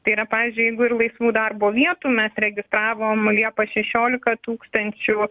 tai yra pavyzdžiui jeigu ir laisvų darbo vietų mes registravom liepą šešiolika tūkstančių